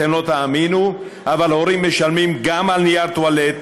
ואתם לא תאמינו אבל הורים משלמים גם על נייר טואלט,